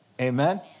Amen